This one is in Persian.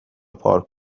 پارک